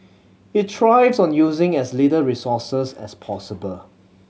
he thrives on using as little resources as possible